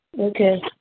Okay